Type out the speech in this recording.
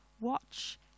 watch